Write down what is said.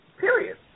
Period